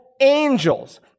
angels